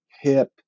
hip